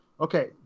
Okay